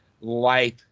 life